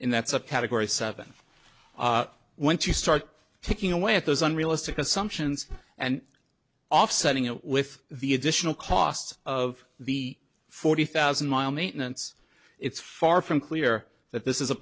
in that's a category seven once you start ticking away at those unrealistic assumptions and offsetting it with the additional cost of the forty thousand mile maintenance it's far from clear that this is a